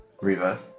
riva